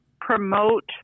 promote